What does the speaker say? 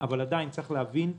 אבל עדיין צריך להבין: